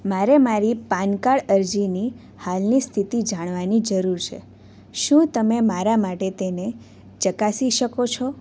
મારે મારી PAN card અરજીની હાલની સ્થિતિ જાણવાની જરૂર છે શું તમે મારા માટે તેને ચકાસી શકો છો